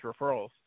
referrals